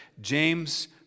James